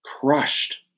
crushed